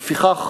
ולפיכך,